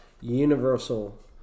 universal